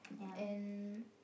and